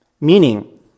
Meaning